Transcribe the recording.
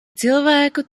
cilvēku